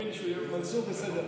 תאמין לי שמנסור בסדר.